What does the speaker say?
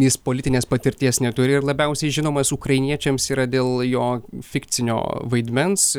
jis politinės patirties neturi ir labiausiai žinomas ukrainiečiams yra dėl jo fikcinio vaidmens